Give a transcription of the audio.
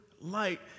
light